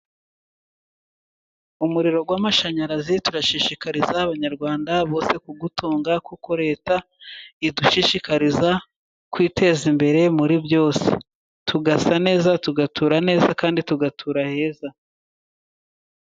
Umuriro w'mashanyarazi, turashishikariza abanyarwanda bose kuwutunga, kuko leta idushishikariza kwiteza imbere muri byose, tugasa neza tugatura neza, kandi tugatura heza.